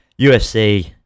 UFC